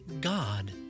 God